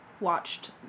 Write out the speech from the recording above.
watched